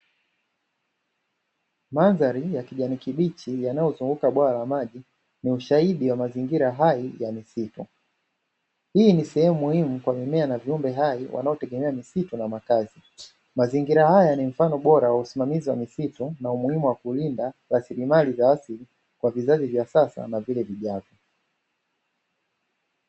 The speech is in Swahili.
Mandhari ya kijani kibichi yanayozunguka bwawa la maji ni ushahidi wa mazingira hai ya misitu, hii ni sehemu muhimu kwa mimea na viumbe hai wanaotegemea misitu na makazi. Mazingira haya ni mfano bora wa usimamizi wa misitu na umuhimu wa kulinda rasilimali za asili kwa vizazi vya sasa na vile vijavyo.